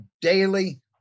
daily